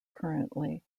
currently